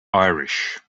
irish